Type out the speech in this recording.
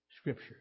Scripture